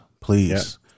please